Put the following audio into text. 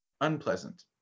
unpleasant